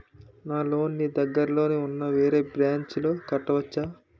నా లోన్ నీ దగ్గర్లోని ఉన్న వేరే బ్రాంచ్ లో కట్టవచా?